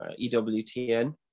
EWTN